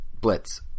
Blitz